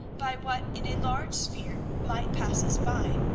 by what in a large sphere might pass us by.